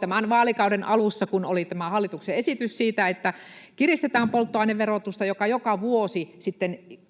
tämän vaalikauden alussa, kun oli tämä hallituksen esitys siitä, että kiristetään polttoaineverotusta, joka joka vuosi tekee